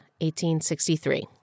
1863